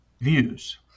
views